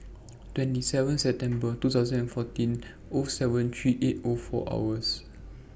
twenty seven September two thousand and fourteen O seven three eight O four hours